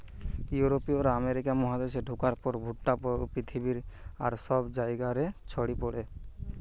ইউরোপীয়রা আমেরিকা মহাদেশে ঢুকার পর ভুট্টা পৃথিবীর আর সব জায়গা রে ছড়ি পড়ে